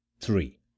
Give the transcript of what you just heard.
three